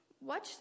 Watch